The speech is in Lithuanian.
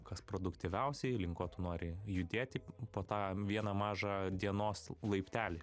kas produktyviausia link ko tu nori judėti po tą vieną mažą dienos laiptelį